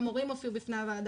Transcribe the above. גם הורים הופיעו בפני הוועדה,